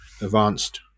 advanced